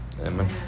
Amen